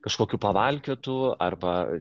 kažkokių pavalkiotų arba